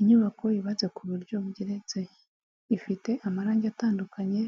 Inyubako yubatse ku buryo bugeretse. Ifite amarangi atandukanye